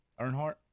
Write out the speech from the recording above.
Earnhardt